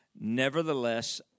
Nevertheless